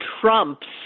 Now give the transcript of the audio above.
Trump's